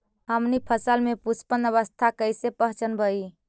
हमनी फसल में पुष्पन अवस्था कईसे पहचनबई?